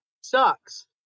sucks